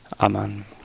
Amen